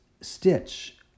Stitch